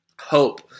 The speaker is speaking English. hope